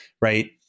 Right